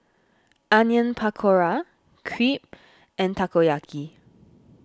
Onion Pakora Crepe and Takoyaki